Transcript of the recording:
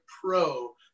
pro